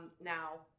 now